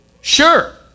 Sure